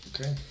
Okay